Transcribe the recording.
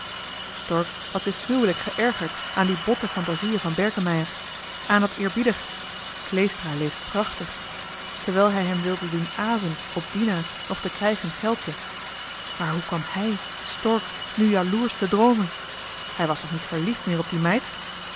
had zich gruwelijk geërgerd aan die botte fantazieën van berkemeier aan dat eerbiedig kleestra leeft prachtig terwijl hij hem wilde doen azen op dina's nog te krijgen geldje maar hoe kwam hij stork nu jaloersch te droomen hij was toch niet meer verliefd op die meid